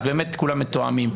אז באמת כולם מתואמים.